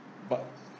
but